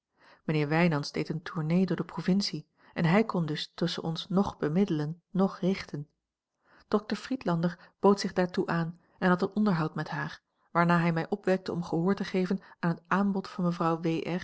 mijnheer wijnands deed eene tournée door de provincie en hij kon dus tusschen ons noch bemiddelen noch richten dokter friedlander bood zich daartoe aan en had een onderhoud met haar waarna hij mij opwekte om gehoor te geven aan het aanbod van mevrouw